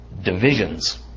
divisions